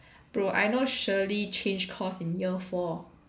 bro I know Shirley changed course in year four